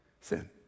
sin